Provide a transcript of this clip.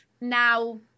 Now